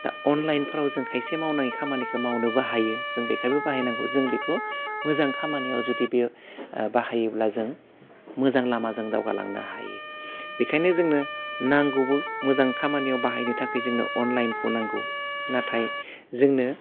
दा अनलाइनफ्राव जों खायसे मावनाङि खामानिखौ मावनोबो हायो जों बेखायबो बाहायनांगौ जों बेखौ मोजां खामानियाव जुदि बे ओह बाहायोब्ला जों मोजां लामाजों दावगालांनो हायो बेखायनो जोंनो नांगौबो मोजां खामानियाव बाहायनो थाखाय जोंनो अनलाइखौ नांगौ नाथाय जोंनो